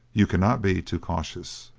you cannot be too cautious.